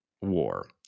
war